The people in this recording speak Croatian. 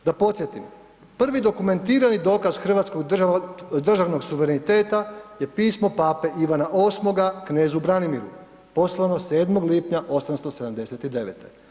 Da podsjetim, prvi dokumentirani dokaz hrvatskog državnog suvereniteta je pismo Pape Ivana VIII knezu Branimiru poslano 7. lipnja 1879.